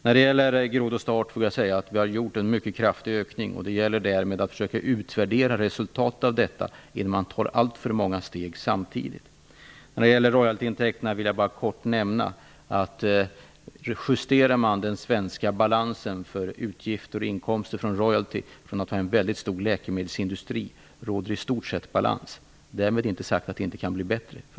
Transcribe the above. När det gäller grodd och startkapital har vi gjort en mycket kraftig ökning, och det gäller att försöka utvärdera resultatet av detta, så att man inte tar alltför många steg samtidigt. Vad beträffar royaltyintäkterna vill jag kort bara nämna att det i Sverige i stort sett råder en balans mellan intäkter och utgifter vad gäller royaltyer, där vår mycket stora läkemedelsindustri står för en stor del. Därmed är inte sagt att läget inte kan bli bättre.